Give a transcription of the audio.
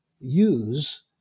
use